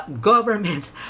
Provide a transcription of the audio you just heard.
government